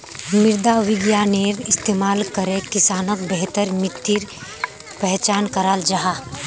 मृदा विग्यानेर इस्तेमाल करे किसानोक बेहतर मित्तिर पहचान कराल जाहा